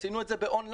עשינו את זה און-ליין.